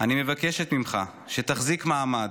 אני מבקשת ממך שתחזיק מעמד.